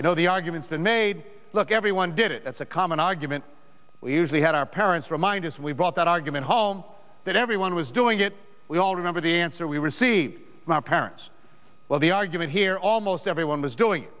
i know the arguments that made it look everyone did it as a common argument we usually had our parents remind us we brought that argument home that everyone was doing it we all remember the answer we received our parents well the argument here almost everyone was doing